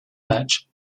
match